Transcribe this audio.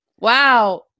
Wow